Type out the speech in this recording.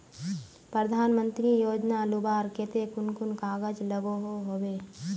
प्रधानमंत्री योजना लुबार केते कुन कुन कागज लागोहो होबे?